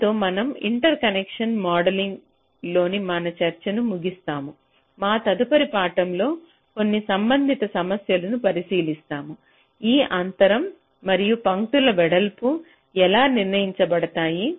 దీనితో మనం ఇంటర్కనెక్ట్ మోడలింగ్పై మా చర్చ ముగిస్తాను మా తదుపరి పాఠం లో కొన్ని సంబంధిత సమస్యలను పరిశీలిస్తాము ఈ అంతరం మరియు పంక్తుల వెడల్పు ఎలా నిర్ణయించబడతాయి